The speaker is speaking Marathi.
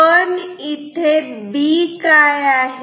पण इथे B काय आहे